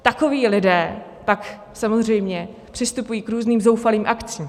Takoví lidé pak samozřejmě přistupují k různým zoufalým akcím.